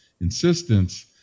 insistence